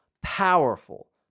powerful